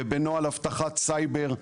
ובנוהל אבטחת סייבר.